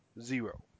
Zero